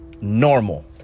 normal